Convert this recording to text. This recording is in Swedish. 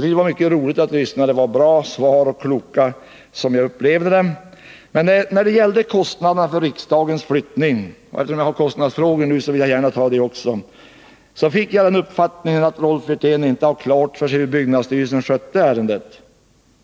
Det var mycket roligt att lyssna — jag tycker att han gav bra och kloka svar. Men när det gällde kostnaderna för riksdagens flyttning — eftersom jag behandlar kostnadsfrågor nu vill jag gärna ta den saken också — fick jag uppfattningen att Rolf Wirtén inte har klart för sig hur byggnadsstyrelsen skötte ärendet.